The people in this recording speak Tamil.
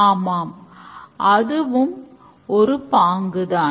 ஆமாம் அதுவும் அதே பாங்கு தான்